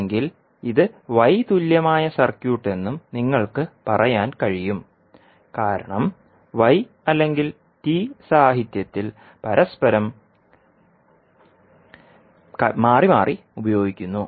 അല്ലെങ്കിൽ ഇത് Y തുല്യമായ സർക്യൂട്ട് എന്നും നിങ്ങൾക്ക് പറയാൻ കഴിയും കാരണം Y അല്ലെങ്കിൽ T സാഹിത്യത്തിൽ പരസ്പരം മാറിമാറി ഉപയോഗിക്കുന്നു